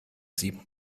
sieben